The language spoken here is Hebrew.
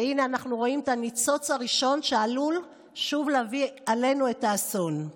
והינה אנחנו רואים את הניצוץ הראשון שעלול שוב להביא עלינו את האסון.